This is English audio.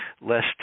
less